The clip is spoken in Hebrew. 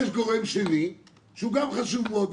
יש גורם שני שהוא גם חשוב מאוד,